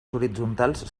horitzontals